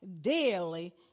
daily